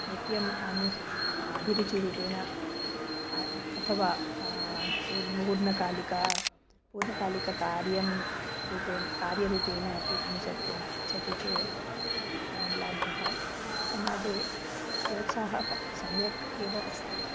नृत्यम् आनुस् अभिरुचिरूपेण अथवा पूर्णं पूर्णकालिका पूर्णकालिककार्यं रूपेण कार्यरूपेण अपि अनुसर्तुम् इच्छति चेत् महिलाभ्यः समाजे प्रोत्साहः सम्यक् एव अस्ति